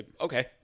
Okay